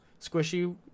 squishy